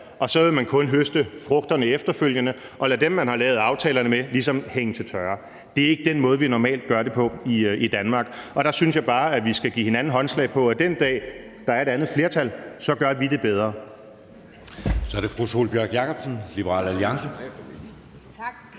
og så vil man kun høste frugterne efterfølgende og lade dem, man har lavet aftalerne med, ligesom hænge til tørre. Det er ikke den måde, vi normalt gør det på i Danmark, og der synes jeg bare, at vi skal give hinanden håndslag på, at den dag, der er et andet flertal, gør vi det bedre.